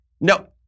no